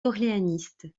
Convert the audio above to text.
orléaniste